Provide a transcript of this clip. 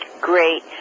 Great